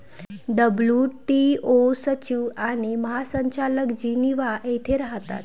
WTO सचिव आणि महासंचालक जिनिव्हा येथे राहतात